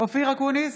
אופיר אקוניס,